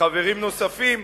וחברים נוספים,